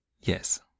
Yes